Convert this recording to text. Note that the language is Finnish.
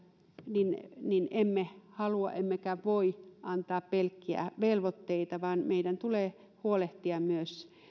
niin niin emme halua emmekä voi antaa pelkkiä velvoitteita vaan meidän tulee huolehtia myös